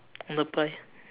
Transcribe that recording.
no pie